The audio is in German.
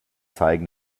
zeigen